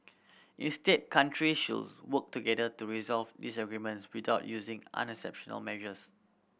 instead country should work together to resolve disagreements without using exceptional measures